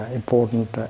important